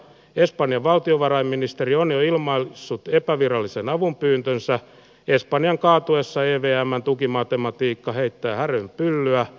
espanjan valtiovarainministeriö on jo ilman suti epävirallisen avunpyyntönsä espanjan kaatuessa jedejä mantukimatematiika heittää häränpyllyä